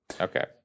Okay